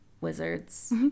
wizards